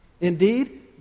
Indeed